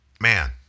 Man